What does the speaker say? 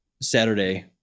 Saturday